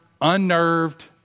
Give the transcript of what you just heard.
unnerved